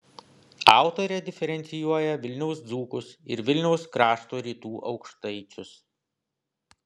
autorė diferencijuoja vilniaus dzūkus ir vilniaus krašto rytų aukštaičius